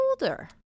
older